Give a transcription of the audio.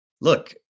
look